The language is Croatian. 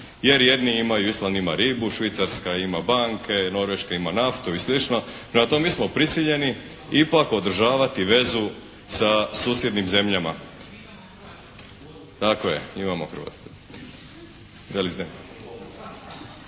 Jer jedni imaju, Island ima ribu, Švicarska ima banke, Norveška ima naftu i sl. Prema tome mi smo prisiljeni ipak održavati vezu sa susjednim zemljama. … /Upadica se